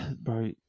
bro